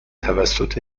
توسط